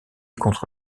contre